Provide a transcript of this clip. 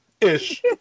Ish